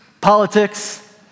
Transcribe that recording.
politics